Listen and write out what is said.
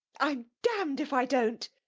i'm damned if i don't!